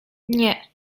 nie